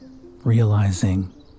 Realizing